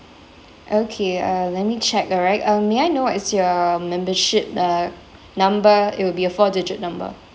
okay uh let me check alright um may I know what is your membership uh number it would be a four digit number